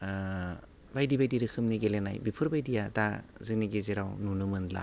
ओह बायदि बायदि रोखोमनि गेलेनाय बेफोर बायदिया दा जोंनि गेजेराव नुनो मोनला